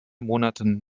monaten